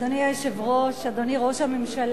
אדוני היושב-ראש, אדוני ראש הממשלה,